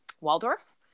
Waldorf